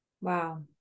Wow